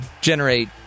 generate